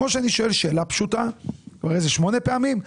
כמו שאני שואל שאלה פשוטה כבר איזה שמונה פעמים,